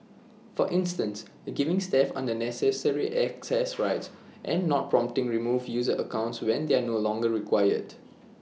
for instance giving staff unnecessary access rights and not promptly removing user accounts when they are no longer required